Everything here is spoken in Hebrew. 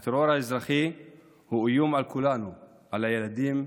הטרור האזרחי הוא איום על כולנו, על הילדים,